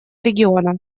региона